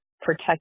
protect